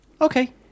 Okay